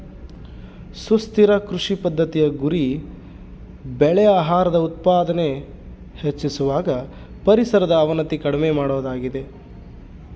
ಸುಸ್ಥಿರ ಕೃಷಿ ಪದ್ದತಿಯ ಗುರಿ ಬೆಳೆ ಆಹಾರದ ಉತ್ಪಾದನೆ ಹೆಚ್ಚಿಸುವಾಗ ಪರಿಸರದ ಅವನತಿ ಕಡಿಮೆ ಮಾಡೋದಾಗಿದೆ